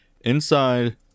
Inside